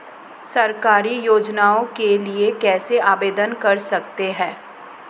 सरकारी योजनाओं के लिए कैसे आवेदन कर सकते हैं?